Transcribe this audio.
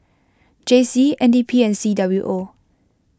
J C N D P and C W O